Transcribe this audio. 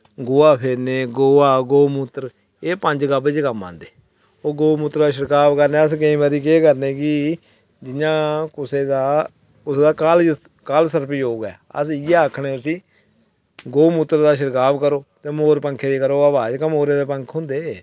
गोहा फेरने गोहा गौ मूत्तर एह् ओह् पंज गब्ब च कम्म आंदे ओह् गौ मूत्तर दा छिड़काव करने अस केईं बारी केह् करने अस की जियां कुसै दा कुसै दा कालसर्प योग ऐ अस इयै आक्खने उसगी गौऽ मूत्तर दा छिड़काव करो ते मोर पंख दी देओ हवा ते जेह्के मोरै पंख होंदे